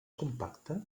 compacte